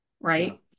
right